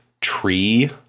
tree